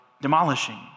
demolishing